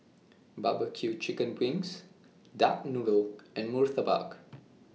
Barbecue Chicken Wings Duck Noodle and Murtabak